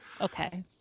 Okay